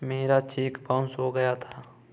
मेरा cheque bounce हो गया था